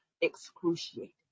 excruciating